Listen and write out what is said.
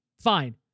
fine